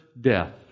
death